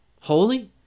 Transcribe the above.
holy